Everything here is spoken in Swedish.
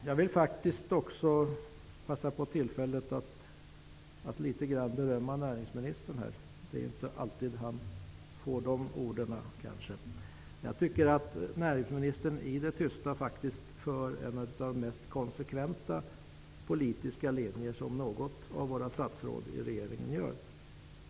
Jag vill passa på tillfället att litet grand berömma näringsministern. Det är inte alltid han får beröm. Jag tycker att näringsministern i det tysta faktiskt för en av de mest konsekventa politiska linjer som någon av våra statsråd i regeringen gör.